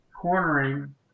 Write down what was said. cornering